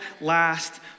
last